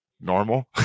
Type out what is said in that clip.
normal